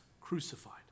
crucified